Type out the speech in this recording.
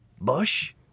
bush